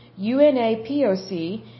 UNAPOC